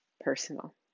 personal